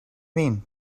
mean